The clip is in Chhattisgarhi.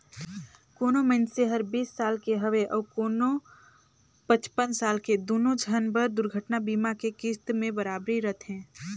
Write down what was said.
कोनो मइनसे हर बीस साल के हवे अऊ कोनो पचपन साल के दुनो झन बर दुरघटना बीमा के किस्त में बराबरी रथें